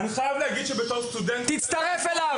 --- אני חייב להגיד שבתור סטודנט --- תצטרף אליו.